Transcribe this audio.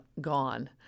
gone